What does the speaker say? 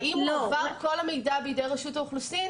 האם הועבר כל המידע בידי רשות האוכלוסין